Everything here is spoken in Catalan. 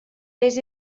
pes